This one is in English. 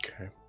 Okay